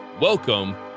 welcome